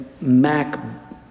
Mac